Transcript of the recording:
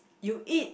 you eat